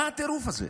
מה הטרוף הזה?